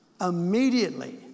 immediately